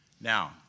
Now